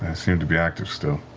they seem to be active still.